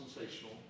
sensational